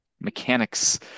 mechanics